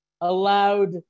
allowed